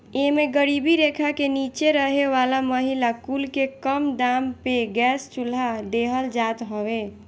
एमे गरीबी रेखा के नीचे रहे वाला महिला कुल के कम दाम पे गैस चुल्हा देहल जात हवे